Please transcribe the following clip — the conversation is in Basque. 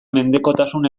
mendekotasun